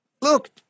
look